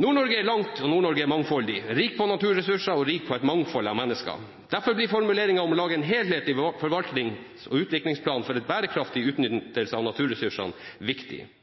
Nord-Norge er langt og mangfoldig – rikt på naturressurser og rikt på et mangfold av mennesker. Derfor blir formuleringen om å lage en helhetlig forvaltnings- og utviklingsplan for en bærekraftig utnyttelse av naturressursene viktig.